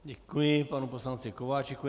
Děkuji panu poslanci Kováčikovi.